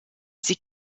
sie